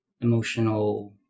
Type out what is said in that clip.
emotional